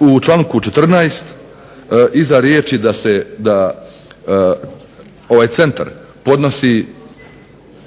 u članku 14.iza riječi ovaj centar podnosi